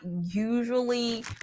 usually